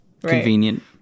convenient